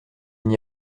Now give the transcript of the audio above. n’y